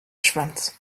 schwanz